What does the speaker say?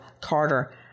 Carter